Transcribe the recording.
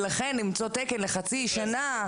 ולכן קשה למצוא תקן לחצי שנה.